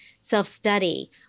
self-study